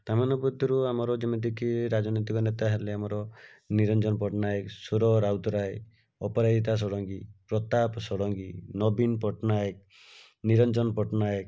ତା ମାନଙ୍କ ଭିତରୁ ଆମର ଯେମିତିକି ରାଜନୀତିକ ନେତା ହେଲେ ଆମର ନିରଞ୍ଜନ ପଟ୍ଟନାୟକ ସୁର ରାଉତରାୟ ଅପରାଜିତ ଷଡ଼ଙ୍ଗୀ ପ୍ରତାପ ଷଡ଼ଙ୍ଗୀ ନବୀନ ପଟ୍ଟନାୟକ ନିରଞ୍ଜନ ପଟ୍ଟନାୟକ